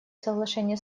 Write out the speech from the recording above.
соглашения